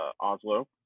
oslo